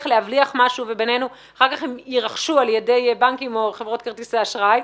להבליח משהו ואחר כך הן יירכשו על ידי בנקים או חברות כרטיסי אשראי,